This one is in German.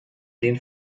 den